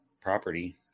property